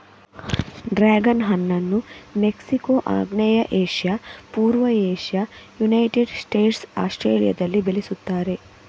dragon ಹಣ್ಣನ್ನು Mexico, ಆಗ್ನೇಯ Asia, ಪೂರ್ವ ಏಷ್ಯಾ, ಯುನೈಟೆಡ್ ಸ್ಟೇಟ್ಸ್, ಆಸ್ಟ್ರೇಲಿಯಾದಲ್ಲಿ ಬೆಳೆಸುತ್ತಾರೆ